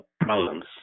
problems